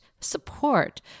support